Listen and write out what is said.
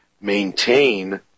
maintain